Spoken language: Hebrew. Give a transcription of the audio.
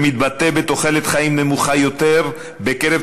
שמתבטא בתוחלת חיים נמוכה יותר בקרב